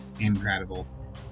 incredible